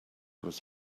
was